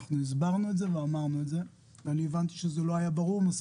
אנחנו הסברנו את זה ואמרנו את זה ואני הבנתי שזה לא היה ברור מספיק,